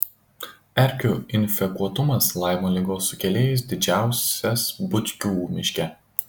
erkių infekuotumas laimo ligos sukėlėjais didžiausias butkių miške